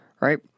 right